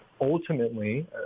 ultimately